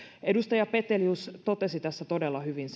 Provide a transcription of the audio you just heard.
edustaja petelius totesi tässä todella hyvin